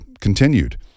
continued